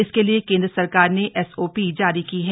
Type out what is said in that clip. इसके लिए केंद्र सरकार ने एसओपी जारी की है